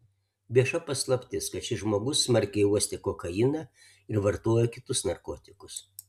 vieša paslaptis kad šis žmogus smarkiai uostė kokainą ir vartojo kitus narkotikus